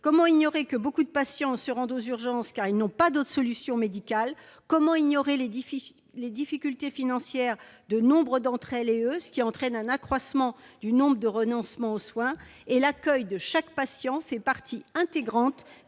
Comment ignorer que beaucoup de patients se rendent aux urgences, car ils n'ont pas d'autre solution médicale ? Comment ignorer les difficultés financières de nombre d'entre eux, ce qui entraîne un accroissement du nombre de renoncements aux soins ? L'accueil de chaque patient faisant partie intégrante